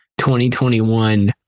2021